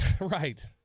Right